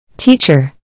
Teacher